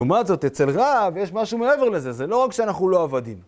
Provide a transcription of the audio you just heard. לעומת זאת, אצל רב יש משהו מעבר לזה, זה לא רק שאנחנו לא עבדים.